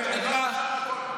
מה שנקרא,